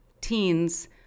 teens